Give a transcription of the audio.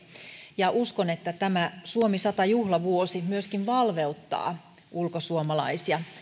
ja uskon että tämä suomi sata juhlavuosi myöskin valveuttaa ulkosuomalaisia